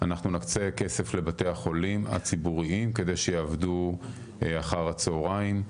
אנחנו נקצה כסף לבתי החולים הציבוריים כדי שיעבדו אחר הצהריים.